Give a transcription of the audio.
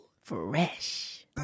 Fresh